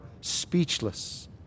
speechless